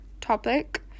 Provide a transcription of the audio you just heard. topic